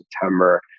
September